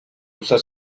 usar